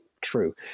true